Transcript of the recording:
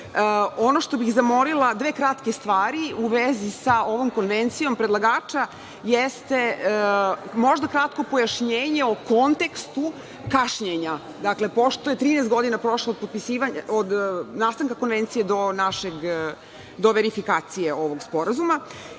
što bih zamolila, dve kratke stvari u vezi sa ovom konvencijom predlagača, jeste možda kratko pojašnjenje o kontekstu kašnjenja, dakle, pošto je 13 godina prošlo od nastanka Konvencije do verifikacije ovog sporazuma.